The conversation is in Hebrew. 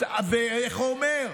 איך הוא אומר: